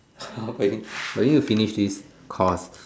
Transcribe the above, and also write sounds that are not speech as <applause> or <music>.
okay <noise> will you finish this course